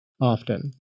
often